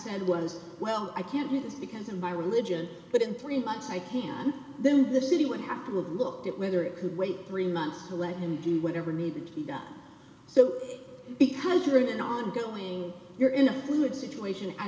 said was well i can't do this because in my religion but in three months i'd hand them the city would have to have looked at whether it could wait three months to let him do whatever needed to be done so because you're in an ongoing you're in a good situation